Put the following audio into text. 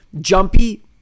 jumpy